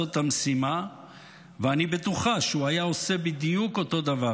המשימה ואני בטוחה שהוא היה עושה בדיוק אותו דבר.